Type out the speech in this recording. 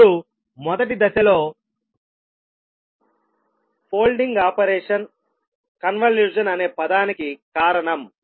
ఇప్పుడు మొదటి దశలో ఫోల్డింగ్ ఆపరేషన్ కన్వల్యూషన్ అనే పదానికి కారణం